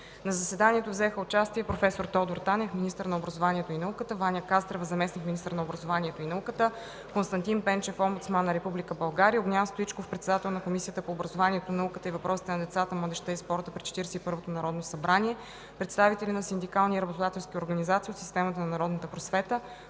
В заседанието взеха участие: проф. Тодор Танев – министър на образованието и науката, Ваня Кастрева – заместник-министър на образованието и науката, Константин Пенчев – омбудсман на Република България, Огнян Стоичков – председател на Комисията по образованието, науката и въпросите на децата, младежта и спорта при 41-вото народно събрание, представители на синдикални и работодателски организации от системата на народната просвета,